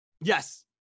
Yes